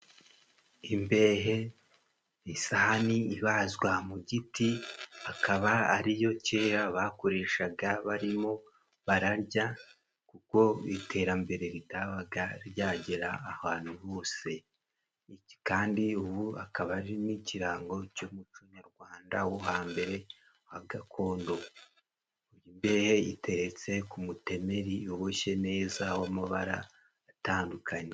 Imbehe isahani ibazwa mu giti akaba ariyo kera bakoreshaga barimo bararya kuko iterambere ritabaga ryagera ahantu hose kandi ubu akaba ari n'ikirango cy'umuco nyarwanda wo hambere wa gakondo imbehe iteretse ku mutemeri uboshye neza w'amabara atandukanye